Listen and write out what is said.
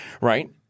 right